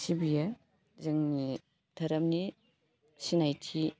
सिबियो जोंनि धोरोमनि सिनायथि